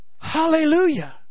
Hallelujah